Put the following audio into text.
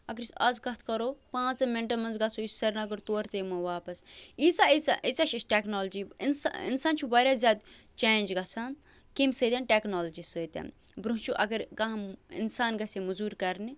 اَگر أسۍ اَز کَتھ کَرو پانٛژَن مِنٹَن منٛز گَژھو یہِ سریٖنَگر تورٕ تہِ یِمو واپَس ییٖژاہ ییٖژاہ ییٖژاہ چھِ أس ٹٮ۪کنالجی اِنسا اِنسان چھُ واریاہ زیادٕ چینج گَژھان کَمہِ سۭتۍ ٹٮ۪کنالجی سۭتۍ برٛونٛہہ چھُ اگر کانٛہہ اِنسان گژھِ ہے موٚزوٗرۍ کَرنہِ